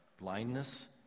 blindness